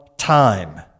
time